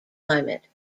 climate